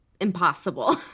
impossible